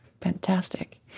Fantastic